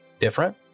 different